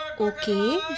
Okay